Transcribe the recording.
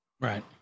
right